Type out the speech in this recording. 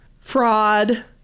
fraud